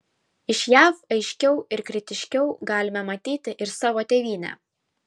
iš jav aiškiau ir kritiškiau galime matyti ir savo tėvynę